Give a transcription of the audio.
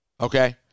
Okay